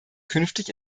künftig